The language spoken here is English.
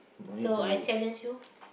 so I challenge you